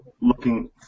looking